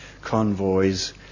convoys